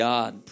God